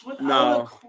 no